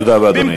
תודה רבה, אדוני.